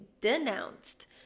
denounced